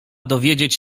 dowiedzieć